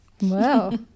Wow